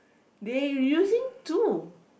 they using two